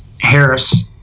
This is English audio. Harris